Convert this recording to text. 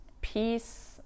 peace